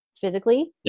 physically